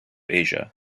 asia